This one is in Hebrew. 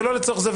ולא לצורך זה",